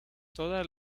todas